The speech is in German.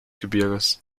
gebirges